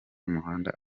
umuhanda